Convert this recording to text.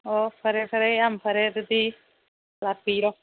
ꯑꯣ ꯐꯔꯦ ꯐꯔꯦ ꯌꯥꯝ ꯐꯔꯦ ꯑꯗꯨꯗꯤ ꯂꯥꯛꯄꯤꯔꯣ